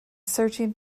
searching